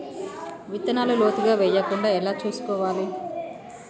విత్తనాలు లోతుగా వెయ్యకుండా ఎలా చూసుకోవాలి?